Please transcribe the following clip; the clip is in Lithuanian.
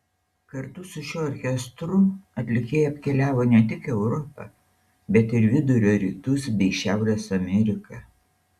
kartu su šiuo orkestru atlikėja apkeliavo ne tik europą bet ir vidurio rytus bei šiaurės ameriką